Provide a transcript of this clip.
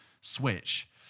switch